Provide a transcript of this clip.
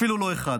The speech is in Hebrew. אפילו לא אחד.